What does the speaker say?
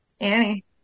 Annie